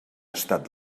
estat